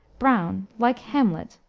browne, like hamlet,